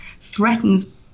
threatens